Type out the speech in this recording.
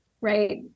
right